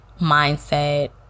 mindset